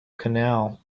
canal